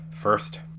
first